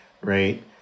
right